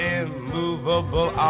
immovable